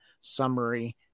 summary